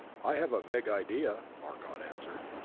i have a vague idea, arcot answered.